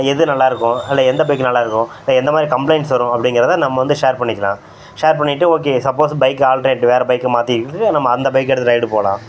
எது நல்லாருக்கும் அதில் எந்த பைக் நல்லாருக்கும் இப்போ எந்த மாதிரி கம்ப்ளைண்ட்ஸ் வரும் அப்படிங்கிறத நம்ம வந்து ஷேர் பண்ணிக்கலாம் ஷேர் பண்ணிவிட்டு ஓகே சப்போஸ்ஸு பைக் ஆல்டர்நேட் வேற பைக்கை மாற்றிக்கிட்டு நம்ம அந்த பைக்கை எடுத்துகிட்டு ரைடு போகலாம்